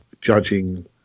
judging